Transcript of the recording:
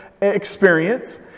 experience